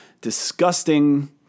disgusting